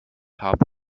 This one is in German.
habe